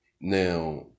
Now